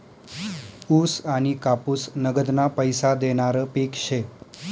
ऊस आनी कापूस नगदना पैसा देनारं पिक शे